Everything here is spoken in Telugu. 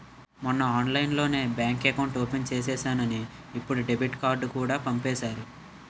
మొన్నే ఆన్లైన్లోనే బాంక్ ఎకౌట్ ఓపెన్ చేసేసానని ఇప్పుడే డెబిట్ కార్డుకూడా పంపేసారు